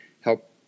help